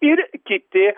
ir kiti